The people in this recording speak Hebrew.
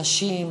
אנשים,